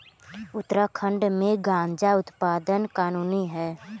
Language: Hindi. उत्तराखंड में गांजा उत्पादन कानूनी है